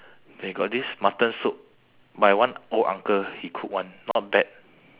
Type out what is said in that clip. they got this mutton soup by one old uncle he cook [one] not bad